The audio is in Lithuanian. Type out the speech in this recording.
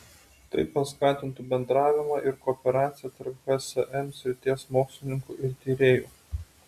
tai paskatintų bendravimą ir kooperaciją tarp hsm srities mokslininkų ir tyrėjų